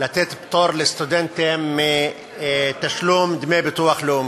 למתן פטור לסטודנטים מתשלום דמי ביטוח לאומי.